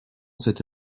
cette